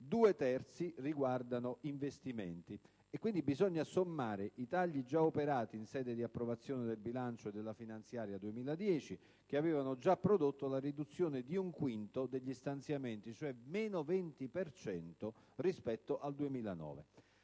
due terzi riguardano investimenti. Bisogna poi sommare i tagli già operati in sede di approvazione del bilancio e della finanziaria 2010, che avevano già prodotto la riduzione di un quinto degli stanziamenti (cioè meno 20 per cento) rispetto al 2009.